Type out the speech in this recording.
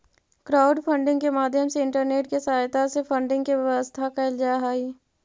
crowdfunding के माध्यम से इंटरनेट के सहायता से फंडिंग के व्यवस्था कैल जा हई